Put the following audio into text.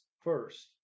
first